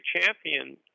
champion